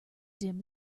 dim